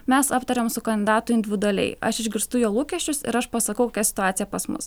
mes aptariam su kandidatu individualiai aš išgirstu jo lūkesčius ir aš pasakau situacija pas mus